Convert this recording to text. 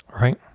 Right